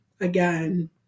again